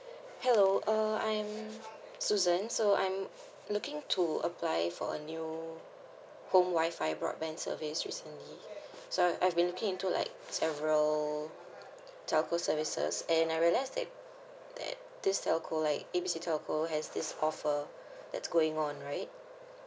hello uh I am susan so I'm looking to apply for a new home WI-FI broadband service recently so I've been looking into like several telco services and I realise that that this telco like A B C telco has this offer that's going on right